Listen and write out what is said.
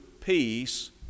peace